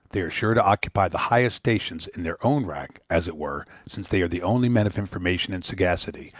they are sure to occupy the highest stations, in their own right, as it were, since they are the only men of information and sagacity,